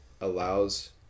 allows